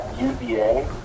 UVA